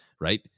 Right